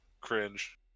Cringe